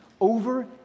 over